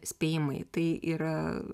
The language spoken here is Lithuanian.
spėjimai tai yra